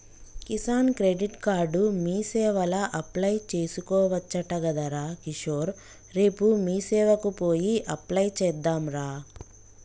Kisan credit card మీసేవల apply చేసుకోవచ్చట గదరా కిషోర్ రేపు మీసేవకు పోయి అప్లై చెద్దాంరా